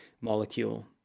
molecule